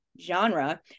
genre